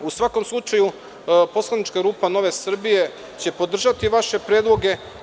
U svakom slučaju, poslanička rupa Nove Srbije će podržati vaše predloge.